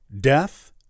death